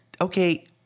okay